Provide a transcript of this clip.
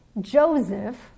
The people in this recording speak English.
Joseph